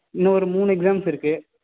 இன்னொரு மூணு எக்ஸாம்ஸ் இருக்குது